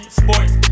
sports